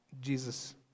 Jesus